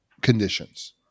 conditions